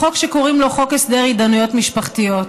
חוק שקוראים לו חוק הסדר התדיינויות משפחתיות.